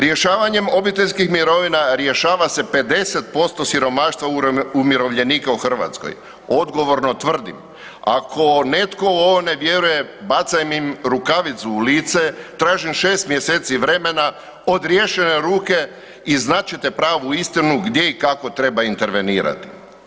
Rješavanjem obiteljskih mirovina, rješava se 50% siromaštva umirovljenika u Hrvatskoj, odgovorno tvrdim, ako netko u ovo ne vjeruje, bacam im rukavicu u lice, tražim 6 mj. vremena, odrješujem ruke i znat ćete pravu istinu gdje i kako treba intervenirati.